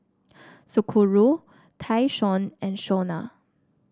Socorro Tayshaun and Shawna